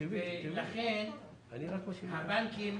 הבנקים,